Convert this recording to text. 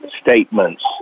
statements